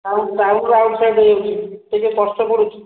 town town ରୁ outside ହୋଇଯାଉଛି ଟିକେ କଷ୍ଟ ପଡୁଛି